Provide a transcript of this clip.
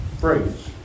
phrase